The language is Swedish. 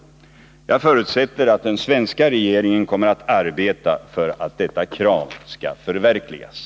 Jag förutsätter att den svenska regeringen kommer att arbeta för att detta krav skall förverkligas.